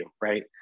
right